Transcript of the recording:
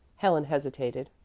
helen hesitated.